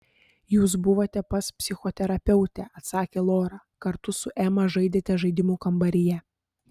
jūs buvote pas psichoterapeutę atsakė lora kartu su ema žaidėte žaidimų kambaryje